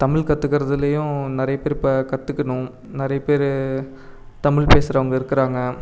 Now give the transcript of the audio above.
தமிழ் கற்றுக்குறதுலியும் நிறைய பேர் இப்போ கற்றுக்கணும் நிறைய பேர் தமிழ் பேசுறவங்க இருக்குறாங்க